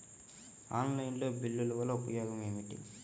Online బిల్లుల వల్ల ఉపయోగమేమిటీ?